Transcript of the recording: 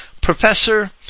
Professor